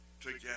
together